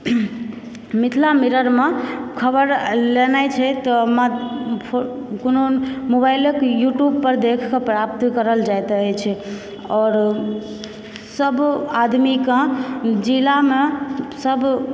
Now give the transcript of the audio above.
मिथिला मिररमे खबर लेनाइ छै तऽ कोनो मोबाइलक यूट्यूब पर देखकऽ प्राप्त करल जाइत अछि आओरसभ आदमीकऽ जिलामेसभ